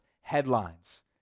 Headlines